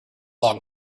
long